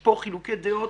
פה חילוקי דעות